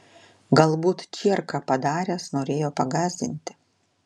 galbūt čierką padaręs norėjo pagąsdinti